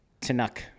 Tanuk